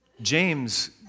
James